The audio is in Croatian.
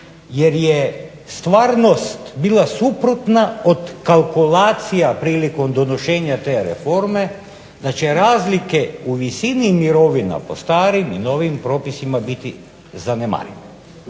jer je stvarnost bila suprotna od kalkulacija prilikom donošenja te reforme, znači razlike u visini mirovina po starim i novim propisima biti zanemarive.